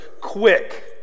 quick